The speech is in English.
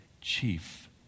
chief